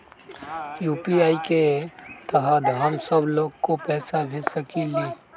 UPI के तहद हम सब लोग को पैसा भेज सकली ह?